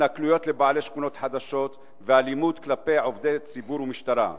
התנכלויות לשכונות חדשות ואלימות כלפי עובדי ציבור ומשטרה.